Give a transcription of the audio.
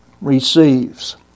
receives